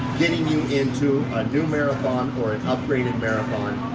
getting you into a new marathon or an upgraded marathon,